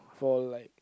for all like